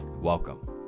welcome